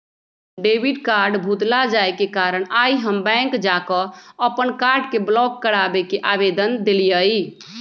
debit card भुतला जाय के कारण आइ हम बैंक जा कऽ अप्पन कार्ड के ब्लॉक कराबे के आवेदन देलियइ